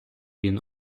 він